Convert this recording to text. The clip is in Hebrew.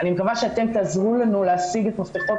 אני מקווה שאתם תעזרו לנו להשיג את מפתחות